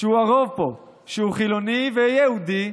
שהוא הרוב פה, שהוא חילוני ויהודי,